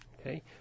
Okay